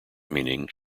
meaning